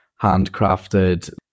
handcrafted